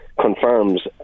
confirms